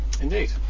Indeed